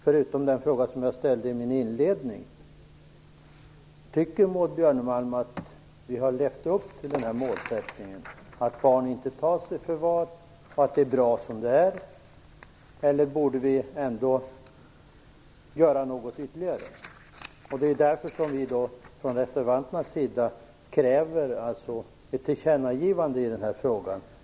Förutom den fråga jag ställde i mitt inledningsanförande, undrar jag om Maud Björnemalm tycker att vi har levt upp till målsättningen att barn inte skall tas i förvar? Är det bra som det är? Borde vi göra något ytterligare? Vi reservanter kräver ett tillkännagivande i frågan.